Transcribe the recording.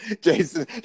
Jason